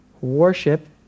worship